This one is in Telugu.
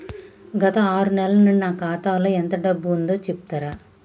గత ఆరు నెలల నుంచి నా ఖాతా లో ఎంత డబ్బు ఉందో చెప్తరా?